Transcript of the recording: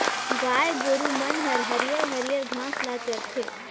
गाय गोरु मन हर हरियर हरियर घास ल चरथे